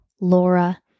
Laura